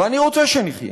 ואני רוצה שנחיה.